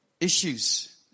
issues